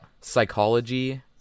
psychology